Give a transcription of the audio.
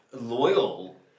Loyal